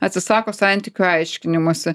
atsisako santykių aiškinimosi